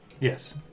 Yes